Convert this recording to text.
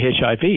HIV